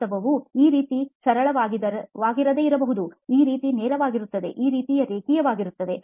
ವಾಸ್ತವವು ಈ ರೀತಿಯ ಸರಳವಾಗಿರದೆ ಇರಬಹುದು ಈ ರೀತಿ ನೇರವಾಗಿರುತ್ತದೆ ಈ ರೀತಿ ರೇಖೀಯವಾಗಿರುತ್ತದೆ